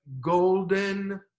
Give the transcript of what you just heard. golden